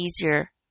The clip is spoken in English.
easier